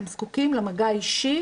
הם זקוקים למגע האישי